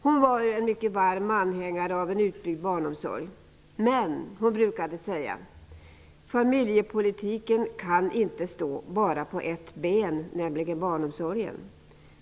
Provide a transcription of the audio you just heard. Hon var en mycket varm anhängare av en utbyggd barnomsorg, men hon brukade säga att familjepolitiken inte kan stå på bara ett ben, nämligen barnomsorgen.